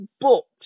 books